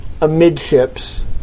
amidships